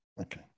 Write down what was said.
Okay